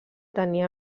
tenir